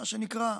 מה שנקרא,